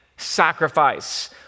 sacrifice